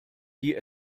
die